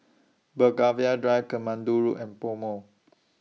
Belgravia Drive Katmandu Road and Pomo